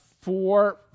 four